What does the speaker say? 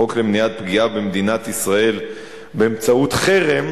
חוק למניעת פגיעה במדינת ישראל באמצעות חרם,